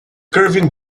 curving